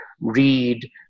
read